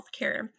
healthcare